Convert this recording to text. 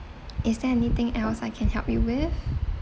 is there anything else I can help you with